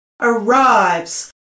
arrives